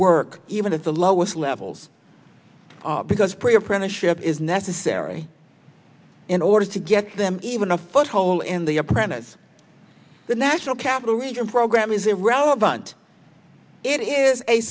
work even at the lowest levels because pre apprenticeship is necessary in order to get them even a foot hole in the apprentice the national capital region program is irrelevant it is a